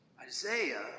Isaiah